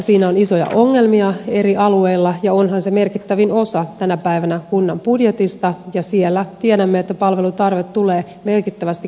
siinä on isoja ongelmia eri alueilla ja onhan se merkittävin osa tänä päivänä kunnan budjetista ja siellä tiedämme että palvelutarve tulee merkittävästi kasvamaan